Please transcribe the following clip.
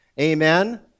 Amen